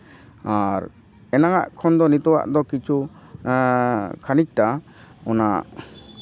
ᱟᱨ ᱮᱱᱟᱝᱼᱟᱜ ᱠᱷᱚᱱ ᱫᱚ ᱱᱤᱛᱚᱜᱼᱟᱜ ᱫᱚ ᱠᱤᱪᱷᱩ ᱠᱷᱟᱹᱱᱤᱠᱴᱟ ᱚᱱᱟ